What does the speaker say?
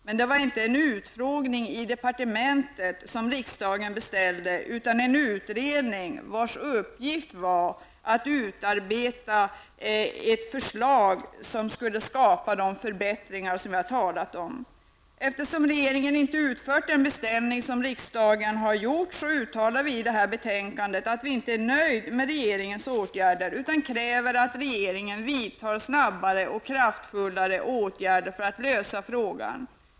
Men det var inte en utfrågning i departementet som riksdagen beställde, utan en utredning med uppgift att utarbeta ett förslag i syfte att åstadkomma de förbättringar som vi har talat om. Eftersom regeringen inte utfört den beställning som riksdagen har gjort, uttalar vi i det här betänkandet att vi inte är nöjda med regeringens åtgärder utan kräver att regeringen vidtar snabbare och kraftfullare åtgärder för att lösa frågan.